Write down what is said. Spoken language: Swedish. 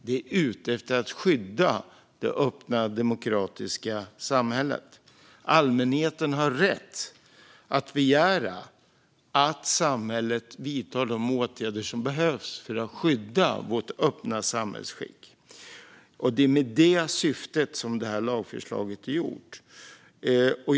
Det är ute efter att skydda det öppna, demokratiska samhället. Allmänheten har rätt att begära att samhället vidtar de åtgärder som behövs för att skydda vårt öppna samhällsskick, och det är med detta syfte som lagförslaget är framtaget.